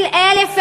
של 1,000,